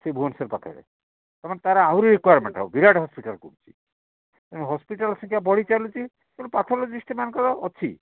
ସେଇ ଭୁବନେଶ୍ଵର ପାଖରେ ତା'ମାନେ ତା'ର ଆହୁରି ରିକ୍ୱାର୍ମେଣ୍ଟ ହବ ବିରାଟ ହସ୍ପିଟାଲ୍ କରୁଛି ତେଣୁ ହସ୍ପିଟାଲ୍ ସଂଖ୍ୟା ବଢ଼ି ଚାଲୁଛି ତେଣୁ ପାଥୋଲୋଜି ସେମାନଙ୍କର ଅଛି